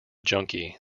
junkie